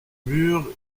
mur